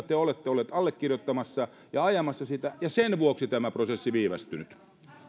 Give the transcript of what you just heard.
te olette olleet allekirjoittamassa ja ajamassa sitä ja sen vuoksi tämä prosessi on viivästynyt